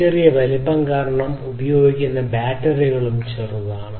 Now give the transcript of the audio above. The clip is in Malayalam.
ചെറിയ വലിപ്പം കാരണം ഉപയോഗിക്കുന്ന ബാറ്ററികളും ചെറുതാണ്